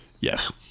Yes